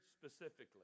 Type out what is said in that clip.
specifically